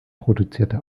produzierte